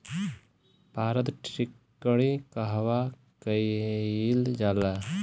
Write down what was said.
पारद टिक्णी कहवा कयील जाला?